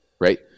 right